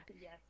yes